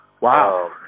Wow